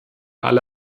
alle